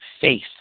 faith